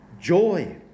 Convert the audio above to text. joy